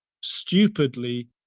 stupidly